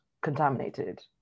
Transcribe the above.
contaminated